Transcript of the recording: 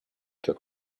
took